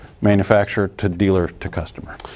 manufacturer-to-dealer-to-customer